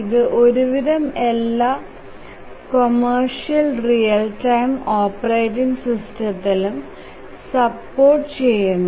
ഇതു ഒരുവിധം എല്ലാ കൊമേർഷ്യൽ റിയൽ ടൈം ഓപ്പറേറ്റിംഗ് സിസ്റ്റംത്തിലും സപ്പോർട്ട് ചെയുന്നു